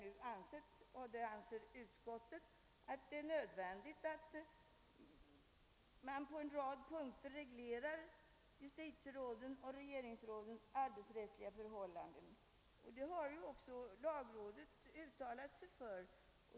Utskottet anser att det är nödvändigt att på en rad punkter reglera justitierådens och regeringsrådens arbetsrättsliga förhållanden. Det har också lagrådet uttalat sig för.